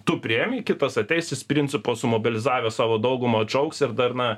tu priėmei kitas ateis jis principo sumobilizavę savo daugumą atšauks ir dar na